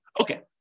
Okay